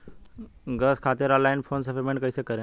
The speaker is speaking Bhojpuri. गॅस खातिर ऑनलाइन फोन से पेमेंट कैसे करेम?